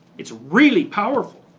it's really powerful.